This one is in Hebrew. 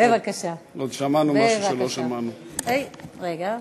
אני שואל,